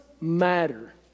matter